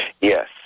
Yes